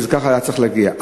שככה היה צריך להגיע.